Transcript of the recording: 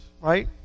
right